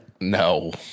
no